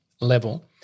level